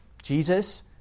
Jesus